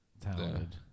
talented